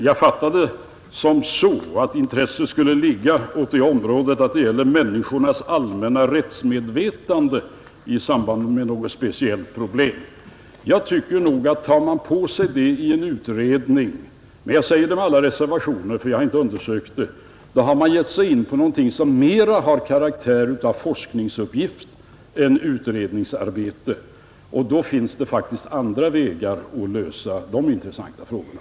Jag uppfattade det så att intresset skulle ligga på det område som gäller människornas allmänna rättsmedvetande i samband med något speciellt problem. Tar man på sig den uppgiften i en utredning tycker jag nog — jag säger det med alla reservationer, ty jag har inte undersökt saken — att man har givit sig in på någonting som mera har karaktären av forskningsuppgift än utredningsarbete, och då finns det faktiskt andra vägar att lösa de intressanta frågorna,